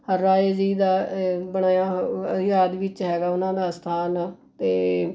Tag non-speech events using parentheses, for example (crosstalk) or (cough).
ਹਰਿ ਰਾਇ ਜੀ ਦਾ ਬਣਾਇਆ (unintelligible) ਯਾਦ ਵਿੱਚ ਹੈਗਾ ਉਹਨਾਂ ਦਾ ਅਸਥਾਨ ਅਤੇ